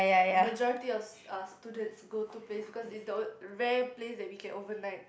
majority of s~ uh students go to place because it's the rare place that we can overnight